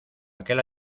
aquel